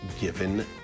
given